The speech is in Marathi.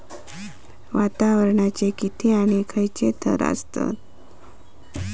वातावरणाचे किती आणि खैयचे थर आसत?